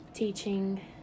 teaching